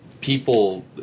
people